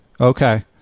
Okay